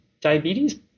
diabetes